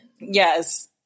Yes